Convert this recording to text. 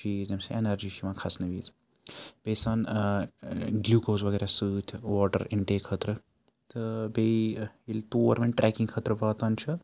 چیٖز ییٚمہِ سۭتۍ اٮ۪نَرجی چھِ یِوان کھَسنہٕ وِزِ بیٚیہِ چھِ آسان گِلیوٗکوز وغیرہ سۭتۍ واٹر اِنٹیک خٲطرٕ تہٕ بیٚیہِ ییٚلہِ تور وَنۍ ٹرٛٮ۪کِنٛگ خٲطرٕ واتان چھُ